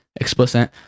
explicit